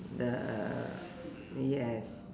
the yes